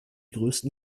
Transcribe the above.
größten